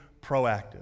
proactive